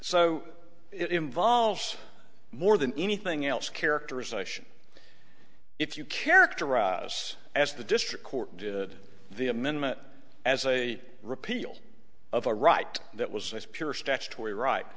so it involves more than anything else characterization if you characterize as the district court did the amendment as a repeal of a right that was a pure statutory right